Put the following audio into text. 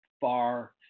far